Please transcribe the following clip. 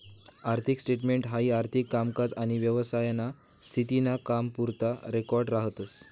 आर्थिक स्टेटमेंट हाई आर्थिक कामकाज आनी व्यवसायाना स्थिती ना कामपुरता रेकॉर्ड राहतस